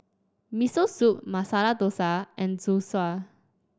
Miso Soup Masala Dosa and Zosui